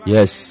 Yes